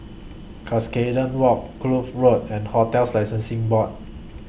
Cuscaden Walk Kloof Road and hotels Licensing Board